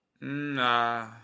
Nah